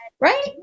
right